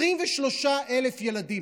23,000 ילדים,